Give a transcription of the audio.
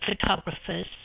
photographers